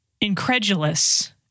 incredulous